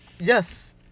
yes